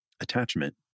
attachment